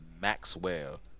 Maxwell